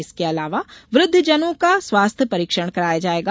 इसके अलावा वुद्धजनों का स्वास्थ्य परीक्षण कराया जाएगा